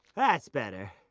that's better.